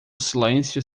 silêncio